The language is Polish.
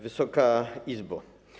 Wysoka Izbo!